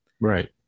right